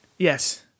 yes